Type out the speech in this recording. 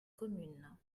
communes